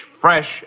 fresh